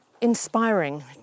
inspiring